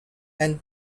and